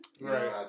Right